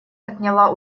отняла